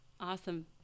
Awesome